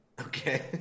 Okay